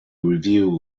review